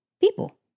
people